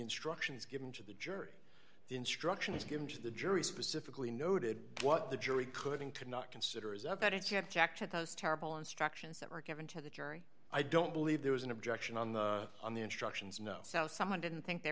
instructions given to the jury instructions given to the jury specifically noted what the jury couldn't could not consider is that it's had jack had those terrible instructions that were given to the jury i don't believe there was an objection on the on the instructions no south someone didn't think they